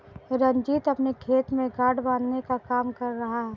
रंजीत अपने खेत में गांठ बांधने का काम कर रहा है